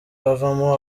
bavamo